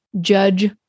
judge